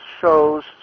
shows